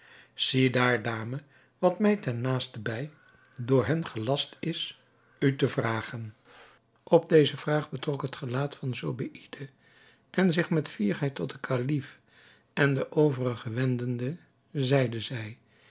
daar dame wat mij ten naasten bij door hen gelast is u te vragen op deze vraag betrok het gelaat van zobeïde en zich met fierheid tot den kalif en de overigen wendende zeide zij